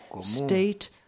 state